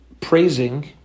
praising